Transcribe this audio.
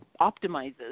optimizes